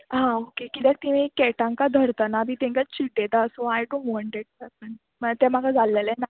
हा ओके किद्याक ते केटांक धरतना बी तेंकां चिडयता सो आय टू हंड्रेड पर्संट तें म्हाका जाल्लेलें ना